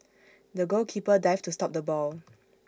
the goalkeeper dived to stop the ball